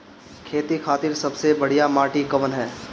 खेती खातिर सबसे बढ़िया माटी कवन ह?